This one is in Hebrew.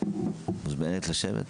מוזמנת לשבת.